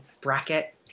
bracket